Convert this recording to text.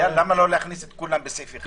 למה לא להכניס את כל הגופים בסעיף אחד?